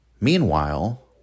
Meanwhile